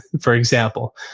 for example.